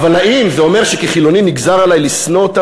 אבל האם זה אומר שכחילוני נגזר עלי לשנוא אותם